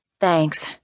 Thanks